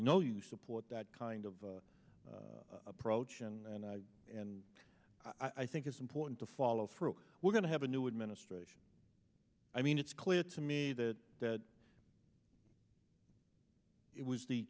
know you support that kind of approach and i and i think it's important to follow through we're going to have a new administration i mean it's clear to me that that it was the